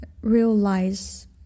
realize